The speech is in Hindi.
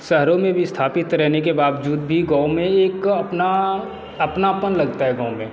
शहरो में विस्थापित रहने के बावजूद भी गाँव में एक अपना अपनापन लगता है गाँव में